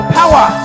power